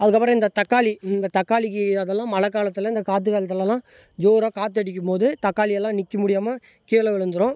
அதுக்கப்புறம் இந்த தக்காளி இந்த தக்காளிக்கு அதெல்லாம் இந்த மழைக்காலத்தில் இந்த காற்று காலத்துலெலாம் ஜோராக காற்றடிக்கும் போது தக்காளி எல்லாம் நிற்க முடியாமல் கீழே விழுந்துடும்